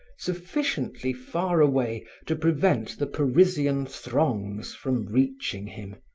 sufficiently far away to prevent the parisian throngs from reaching him,